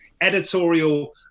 editorial